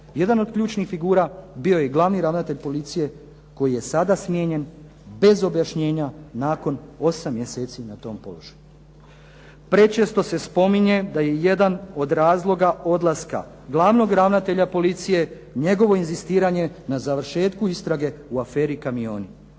Jedan od ključnih figura bio je i glavni ravnatelj policije koji je sada smijenjen, bez objašnjenja nakon osam mjeseci na tom položaju. Prečesto se spominje da je jedan od razloga odlaska glavnog ravnatelja policije njegovo inzistiranje na završetku istrage u aferi "Kamioni".